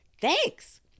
Thanks